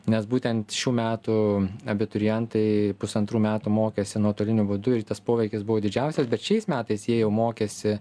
nes būtent šių metų abiturientai pusantrų metų mokėsi nuotoliniu būdu ir tas poveikis buvo didžiausias bet šiais metais jie jau mokėsi